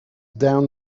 down